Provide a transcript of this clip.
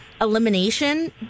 Elimination